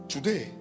Today